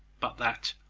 but that,